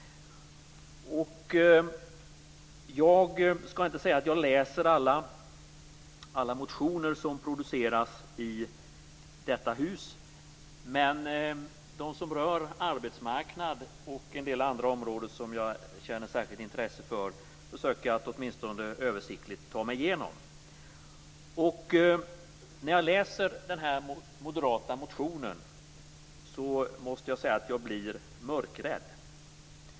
Jag skall inte säga att jag läser alla motioner som produceras i detta hus, men dem som rör arbetsmarknad och en del andra områden som jag känner särskilt intresse för försöker jag att åtminstone översiktligt ta mig igenom. När jag läser den här moderata motionen måste jag säga att jag blir mörkrädd.